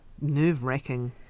nerve-wracking